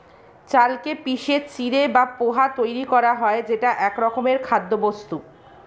চালকে পিষে চিঁড়ে বা পোহা তৈরি করা হয় যেটা একরকমের খাদ্যবস্তু